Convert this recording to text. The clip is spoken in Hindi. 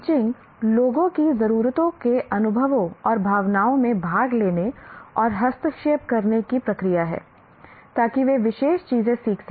टीचिंग लोगों की ज़रूरतों के अनुभवों और भावनाओं में भाग लेने और हस्तक्षेप करने की प्रक्रिया है ताकि वे विशेष चीजें सीख सकें